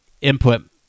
input